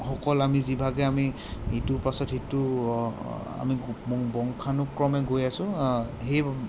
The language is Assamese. সকল আমি যিভাৱে আমি ইটোৰ পাছত সিটো আমি বংশানুক্ৰমে গৈ আছোঁ সেইধৰণে